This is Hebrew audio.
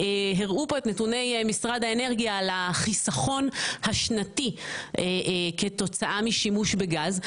הראו פה את נתוני משרד האנרגיה על החיסכון השנתי כתוצאה משימוש בגז.